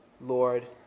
Lord